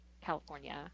california